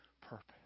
purpose